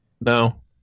No